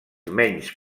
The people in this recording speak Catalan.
menys